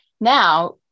now